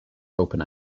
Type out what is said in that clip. open